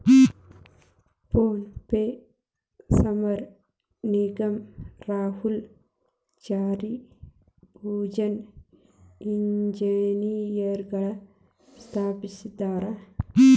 phone ಪೆನ ಸಮೇರ್ ನಿಗಮ್ ರಾಹುಲ್ ಚಾರಿ ಬುರ್ಜಿನ್ ಇಂಜಿನಿಯರ್ಗಳು ಸ್ಥಾಪಿಸ್ಯರಾ